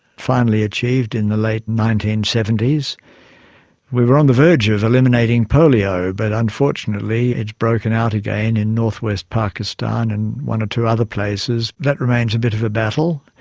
finally achieved in the late nineteen seventy s. we were on the verge of eliminating polio but unfortunately it has broken out again in northwest pakistan and one or two other places. that remains a bit of a battle.